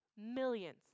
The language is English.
Millions